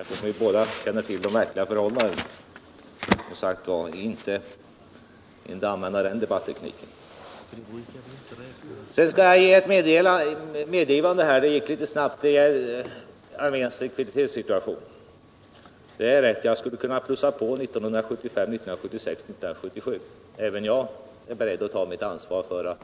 Eftersom vi båda känner till de verkliga förhållandena tycker jag som sagt att vi inte bör använda den debattekniken. Sedan skall jag göra ett medgivande — det gick tidigare litet för snabbt — när det gäller arméns likviditetssituation. Det är riktigt att jag skulle ha kunnat plussa på 1975, 1976 och 1977. Även jag är beredd att ta mitt ansvar för